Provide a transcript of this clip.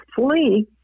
flee